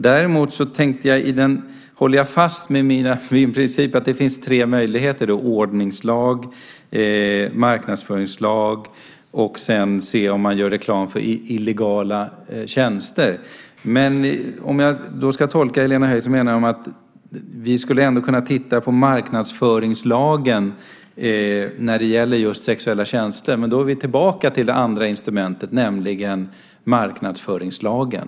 Däremot håller jag fast vid min princip att det finns tre möjligheter - ordningslag, marknadsföringslag och att se om det görs reklam för illegala tjänster. Om jag tolkar Helena Höij rätt så menar hon att vi skulle kunna titta på marknadsföringslagen när det gäller just sexuella tjänster. Då kommer vi tillbaka till det andra instrumentet, nämligen marknadsföringslagen.